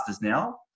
now